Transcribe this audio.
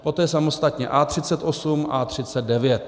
Poté samostatně A38, A39.